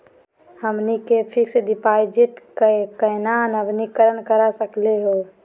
हमनी के fix deposit क केना नवीनीकरण करा सकली हो?